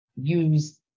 use